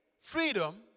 freedom